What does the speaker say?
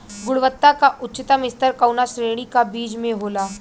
गुणवत्ता क उच्चतम स्तर कउना श्रेणी क बीज मे होला?